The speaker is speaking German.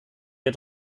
wir